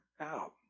out